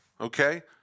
Okay